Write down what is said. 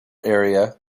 area